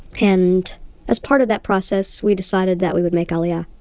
and as part of that process we decided that we would make aliyah.